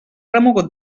remogut